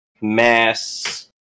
mass